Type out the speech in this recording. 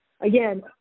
again